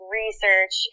research